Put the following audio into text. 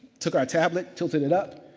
took our tablet, tilted it up.